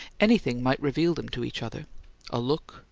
anything might reveal them to each other a look,